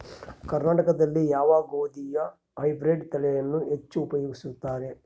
ಕರ್ನಾಟಕದಲ್ಲಿ ಯಾವ ಗೋಧಿಯ ಹೈಬ್ರಿಡ್ ತಳಿಯನ್ನು ಹೆಚ್ಚು ಉಪಯೋಗಿಸುತ್ತಾರೆ?